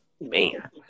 man